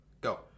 Go